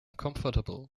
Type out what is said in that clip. comfortable